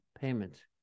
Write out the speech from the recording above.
payment